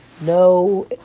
no